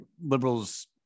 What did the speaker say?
liberals